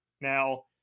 Now